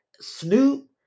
Snoop